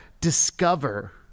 discover